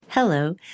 Hello